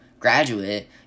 graduate